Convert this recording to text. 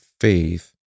faith